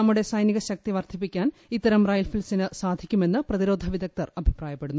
നമ്മുടെ സൈനികരുടെ ശക്തി വർദ്ധിപ്പിക്കാൻ ഇത്തരം റൈഫിൾസിന് സാധിക്കുമെന്ന് പ്രതിരോധ വിദഗ്ധർ അഭിപ്രായപ്പെട്ടു